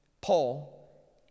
Paul